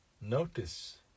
notice